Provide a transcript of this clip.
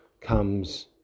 comes